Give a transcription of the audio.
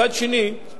מצד שני,